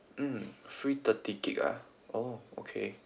mm free thirty gig ah oh okay